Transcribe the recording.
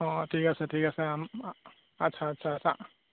অঁ ঠিক আছে ঠিক আছে আচ্ছা আচ্ছা